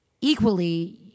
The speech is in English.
equally